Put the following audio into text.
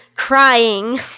crying